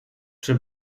czy